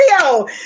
video